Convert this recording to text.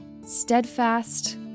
Steadfast